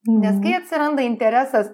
nes kai atsiranda interesas